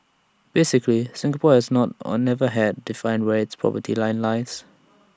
basically Singapore has not and never had defined where its poverty line lies